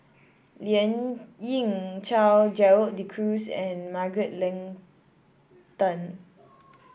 Lien Ying Chow Gerald De Cruz and Margaret Leng Tan